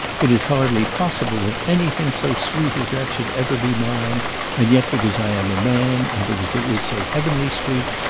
it is hardly possible that anything so sweet as that should ever be mine and yet, because i am a man, and because it is so heavenly sweet,